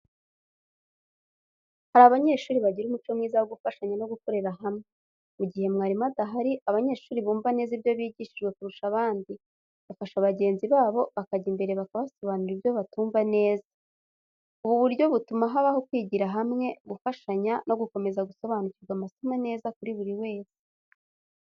Hari abanyeshuri bagira umuco mwiza wo gufashanya no gukorera hamwe. Mu gihe mwarimu adahari, abanyeshuri bumva neza ibyo bigishijwe kurusha abandi bafasha bagenzi babo, bakajya imbere bakabasobanurira ibyo batumva neza. Ubu buryo butuma habaho kwigira hamwe, gufashanya, no gukomeza gusobanukirwa amasomo neza kuri buri wese.